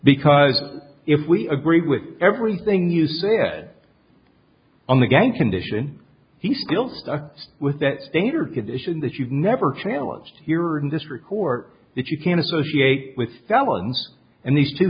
because if we agree with everything you said on the gang condition he still stuck with that standard edition that you've never challenged here in this report that you can associate with felons and these two